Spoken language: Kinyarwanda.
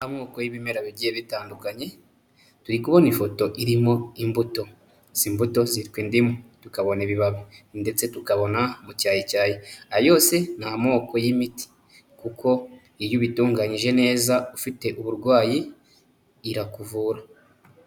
Amoko y'ibimera bigiye bitandukanye, turi kubona ifoto irimo imbuto. Izi mbuto zitwa indimu. Tukabona ibibabi ndetse tukabona umucyayicyayi. Aya yose ni amoko y'imiti kuko iyo ubitunganyije neza ufite uburwayi irakuvura.